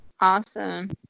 awesome